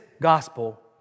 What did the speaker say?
gospel